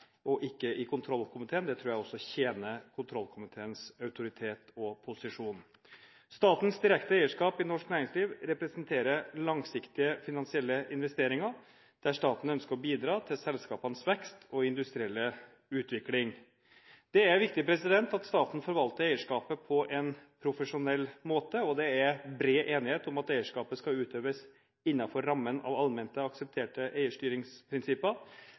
og ikke i kontrollkomiteen. Det tror jeg også tjener kontrollkomiteens autoritet og posisjon. Statens direkte eierskap i norsk næringsliv representerer langsiktige finansielle investeringer, der staten ønsker å bidra til selskapenes vekst og industrielle utvikling. Det er viktig at staten forvalter eierskapet på en profesjonell måte, og det er bred enighet om at eierskapet skal utøves innenfor rammen av allment aksepterte eierstyringsprinsipper.